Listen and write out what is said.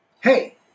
Hey